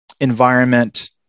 environment